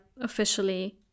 officially